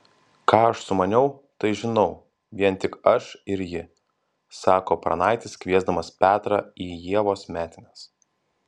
ką aš sumaniau tai žinau vien tik aš ir ji sako pranaitis kviesdamas petrą į ievos metines